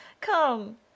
come